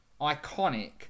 iconic